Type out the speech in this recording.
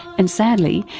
and sadly,